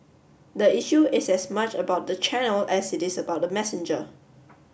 the issue is as much about the channel as it is about the messenger